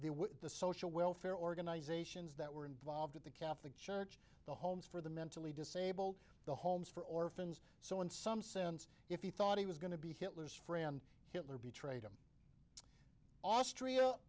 wood the social welfare organizations that were involved in the catholic church the homes for the mentally disabled the homes for orphans so in some sense if he thought he was going to be hitler's friend hitler betrayed him austria